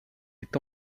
est